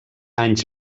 anys